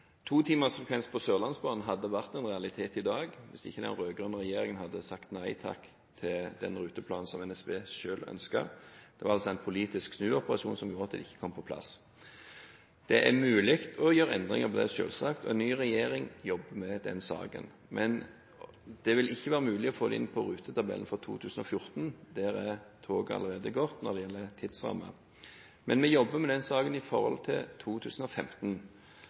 To timers frekvens på Sørlandsbanen hadde vært en realitet i dag hvis ikke den rød-grønne regjeringen hadde sagt nei takk til den ruteplanen som NSB selv ønsket. Det var altså en politisk snuoperasjon som gjorde at det ikke kom på plass. Det er mulig å gjøre endringer på det, selvsagt, og en ny regjering jobber med den saken, men det vil ikke være mulig å få det inn på rutetabellen for 2014. Der er toget allerede gått når det gjelder tidsrammer. Men vi jobber med den saken i forhold til 2015.